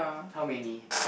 how many